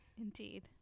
Indeed